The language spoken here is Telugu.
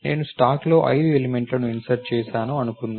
నేను స్టాక్లో 5 ఎలిమెంట్లను ఇన్సర్ట్ చేసాను అనుకుందాం